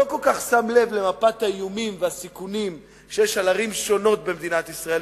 לא כל כך שם לב למפת האיומים והסיכונים שיש על ערים שונות במדינת ישראל,